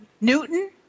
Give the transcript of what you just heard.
Newton